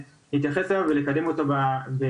להתייחס אליו ולנסות לקדם אותו בהקדם.